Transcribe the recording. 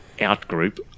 out-group